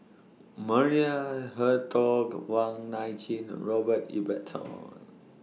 Maria Hertogh Wong Nai Chin Robert Ibbetson